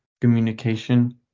communication